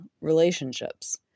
relationships